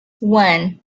one